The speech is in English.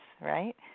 right